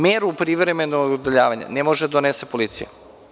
Meru privremenog udaljavanja ne može da donese policija.